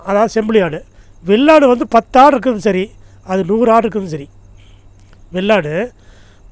அதாவது செம்புலி ஆடு வெள்ளாடு வந்து பத்து ஆடு இருக்கிறது சரி அது நூறு ஆடு இருக்கிறதும் சரி வெள்ளாடு